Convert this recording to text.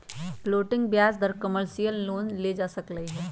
floating ब्याज पर commercial loan लेल जा सकलई ह